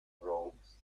rogues